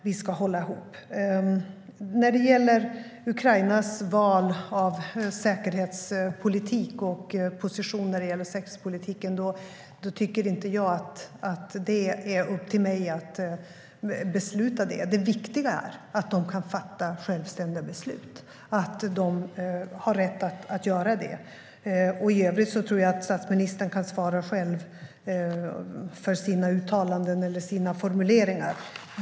Vi ska hålla ihop. När det gäller Ukrainas val av positioner i säkerhetspolitiken tycker jag inte att det är upp till mig att fatta beslut. Det viktiga är att landet kan och har rätt att fatta självständiga beslut. I övrigt tror jag att statsministern själv kan svara för sina uttalanden eller sina formuleringar.